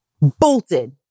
bolted